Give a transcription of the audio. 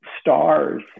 stars